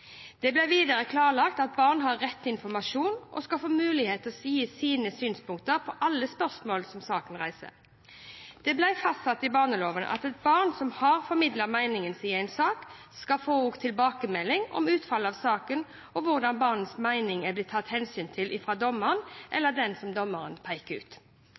Det ble videre klarlagt at barn har rett til informasjon og skal få mulighet til å gi sine synspunkter på alle spørsmål som saken reiser. Det ble også fastsatt i barneloven at et barn som har formidlet meningen sin i en sak, skal få tilbakemelding fra dommeren eller den som dommeren peker ut, om utfallet av saken og hvordan barnets mening er blitt tatt hensyn til.